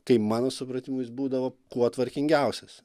kai mano supratimu jis būdavo kuo tvarkingiausias